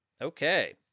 Okay